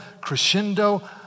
crescendo